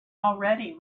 already